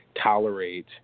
tolerate